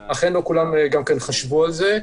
אכן, לא כולן עדיין חשבו על זה.